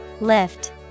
Lift